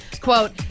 Quote